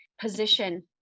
position